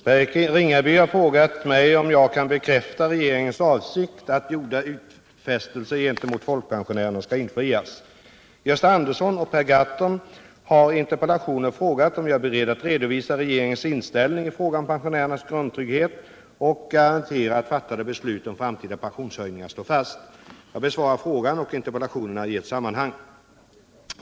Herr talman! Per-Eric Ringaby har frågat mig om jag kan bekräfta regeringens avsikt att gjorda utfästelser gentemot folkpensionärerna skall infrias. Gösta Andersson och Per Gahrton har i interpellationer frågat om jag är beredd att redovisa regeringens inställning i fråga om pensionärernas grundtrygghet och att garantera att fattade beslut om framtida pensionshöjningar står fast. Jag besvarar frågan och interpellationerna i ett sammanhang.